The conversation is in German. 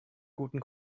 guten